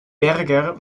berger